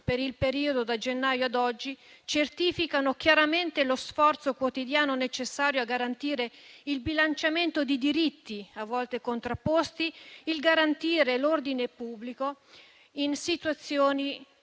per il periodo da gennaio ad oggi) certificano chiaramente lo sforzo quotidiano necessario a garantire il bilanciamento di diritti a volte contrapposti, a garantire l'ordine pubblico in situazioni